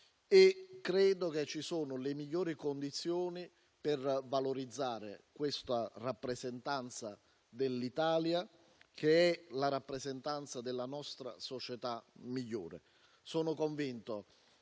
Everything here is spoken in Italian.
Credo che ci siano le migliori condizioni per valorizzare questa rappresentanza dell'Italia, che è quella della nostra società migliore.